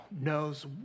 knows